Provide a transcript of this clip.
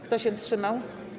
Kto się wstrzymał?